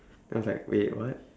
then I was like wait what